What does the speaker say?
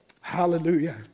Hallelujah